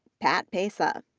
pat pesa,